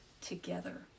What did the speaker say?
Together